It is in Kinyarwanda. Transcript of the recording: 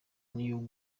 new